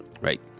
right